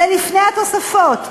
זה לפני התוספות,